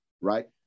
right